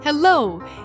Hello